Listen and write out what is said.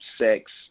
sex